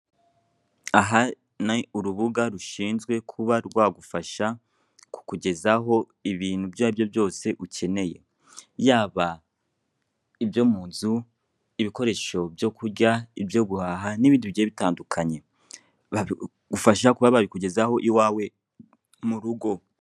Aha ni urubuga rushinzwe kuba rwagufasha kukugezaho ibintu ibyo aribyo byose ukeneye, yaba ibyo munzu, ibikoresho byo kurya, ibyo guhaha nibindi bigiye bitandukanye. Bagufasha kuba babikugezaho iwawe mu rugo.